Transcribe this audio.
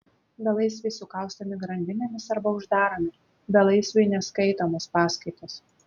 belaisviai sukaustomi grandinėmis arba uždaromi belaisviui neskaitomos paskaitos